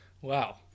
Wow